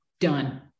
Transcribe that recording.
done